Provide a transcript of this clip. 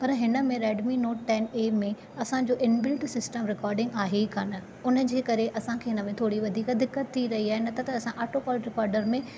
पर हिन में रैडमी नोट टैन ए में असांजो इनबिल्ट सिस्टम रिकॉर्डिंग आहे ई कान उनजे करे असांखे हिन में थोरी वधीक दिकत थी रही आहे न त त असां ऑटो कॉल रिकॉर्डर में